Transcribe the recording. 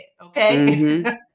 Okay